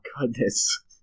Goodness